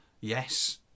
Yes